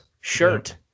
shirt